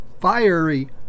fiery